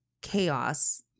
chaos